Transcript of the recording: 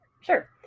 Sure